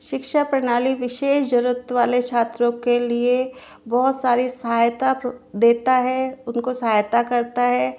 शिक्षा प्रणाली विशेष ज़रूरत वाले छात्रों के लिए बहुत सारी सहायता देता है उनको सहायता करता है